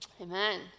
Amen